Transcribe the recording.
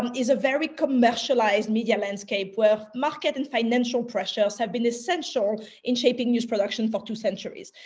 um is a very commercialized media landscape where market and financial pressures have been essential in shaping news production for two centuries.